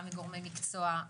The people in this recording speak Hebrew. גם מגורמי מקצוע,